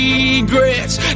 Regrets